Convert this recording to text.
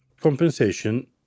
compensation